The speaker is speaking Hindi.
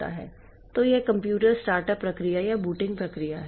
तो यह कंप्यूटर स्टार्टअप प्रक्रिया या बूटिंग प्रक्रिया है